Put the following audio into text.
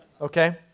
okay